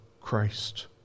Christ